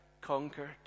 conquered